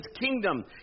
kingdom